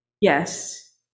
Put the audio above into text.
Yes